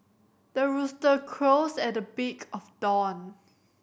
the rooster crows at the break of dawn